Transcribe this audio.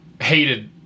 hated